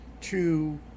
to-